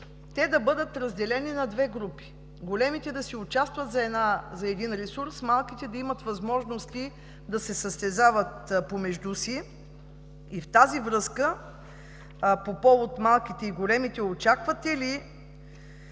те да бъдат разделени на две групи – големите да си участват за един ресурс, малките да имат възможности да се състезават помежду си? В тази връзка относно малките и големите очаквате ли